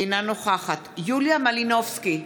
אינה נוכחת יוליה מלינובסקי,